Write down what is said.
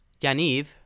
Yaniv